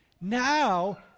Now